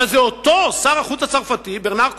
אבל זה אותו שר החוץ הצרפתי, ברנאר קושנר,